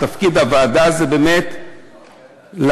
תפקיד הוועדה זה באמת לעבוד,